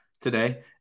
today